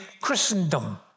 Christendom